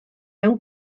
mewn